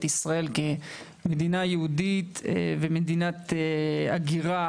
ישראל כמדינה יהודית ומדינת הגירה